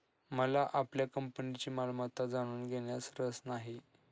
मला आपल्या कंपनीची मालमत्ता जाणून घेण्यात रस नाही